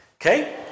Okay